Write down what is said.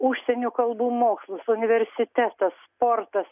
užsienio kalbų mokslus universitetą sportas